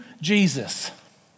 Jesus